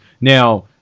Now